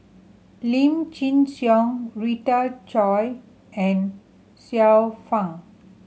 Lim Chin Siong Rita Chao and Xiu Fang